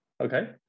Okay